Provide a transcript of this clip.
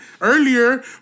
earlier